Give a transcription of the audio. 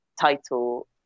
title